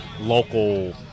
local